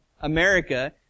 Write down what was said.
America